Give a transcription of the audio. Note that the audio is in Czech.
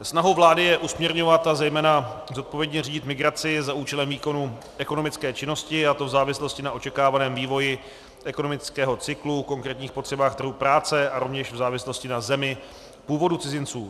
Snahou vlády je usměrňovat a zejména zodpovědně řídit migraci za účelem výkonu ekonomické činnosti, a to v závislosti na očekávaném vývoji ekonomického cyklu, konkrétních potřebách trhu práce a rovněž v závislosti na zemi původu cizinců.